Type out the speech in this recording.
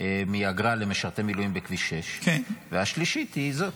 מאגרה למשרתי מילואים בכביש 6, והשלישית היא זאת.